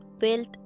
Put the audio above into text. Wealth